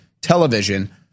television